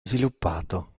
sviluppato